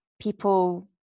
people